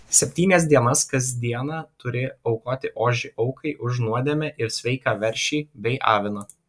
septynias dienas kas dieną turi aukoti ožį aukai už nuodėmę ir sveiką veršį bei aviną